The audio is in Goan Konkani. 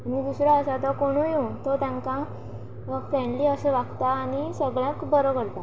आनी दुसरो आसा तो कोणूय येवं तो तांकां फ्रेंडली असो वागता आनी सगळ्यांक बरो करता